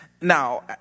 Now